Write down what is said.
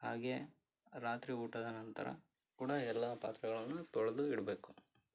ಹಾಗೆ ರಾತ್ರಿ ಊಟದ ನಂತರ ಕೂಡ ಎಲ್ಲ ಪಾತ್ರೆಗಳನ್ನು ತೊಳೆದು ಇಡಬೇಕು